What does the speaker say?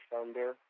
Thunder